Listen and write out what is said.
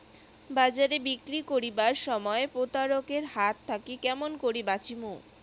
বাজারে বিক্রি করিবার সময় প্রতারক এর হাত থাকি কেমন করি বাঁচিমু?